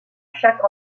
chaque